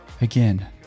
Again